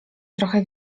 trochę